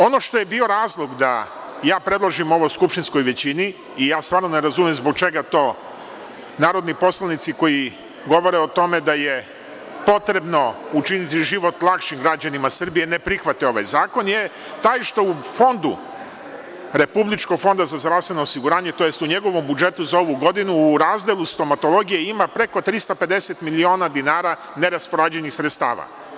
Ono što je bio razlog da ja predložim ovoj skupštinskoj većinii stvarno ne razumem zbog čega to narodni poslanici koji govore o tome da je potrebno učiniti život lakšim građanima Srbije ne prihvate ovaj zakon je taj što u fondu Republičkog fonda za zdravstveno osiguranje tj. u njegovom budžetu za ovu godinu u razdelu stomatologije ima preko 350 miliona dinara neraspoređenih sredstava.